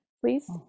please